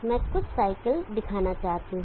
मैं कुछ साइकिल दिखाना चाहता हूं